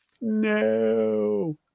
no